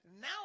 now